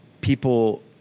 people